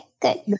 Good